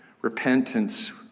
repentance